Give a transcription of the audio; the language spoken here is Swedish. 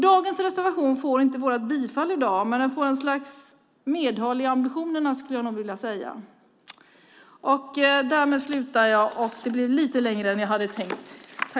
Dagens reservation får inte vårt bifall i dag, men den får ett slags medhåll i ambitionerna, skulle jag nog vilja säga.